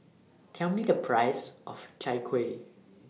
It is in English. Tell Me The Price of Chai Kuih